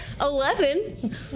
Eleven